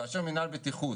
כאשר מנהל בטיחות